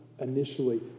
Initially